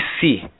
see